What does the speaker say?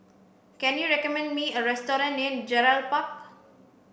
can you recommend me a restaurant near Gerald Park